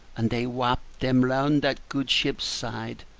and they wapped them round that gude ship's side,